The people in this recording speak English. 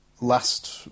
last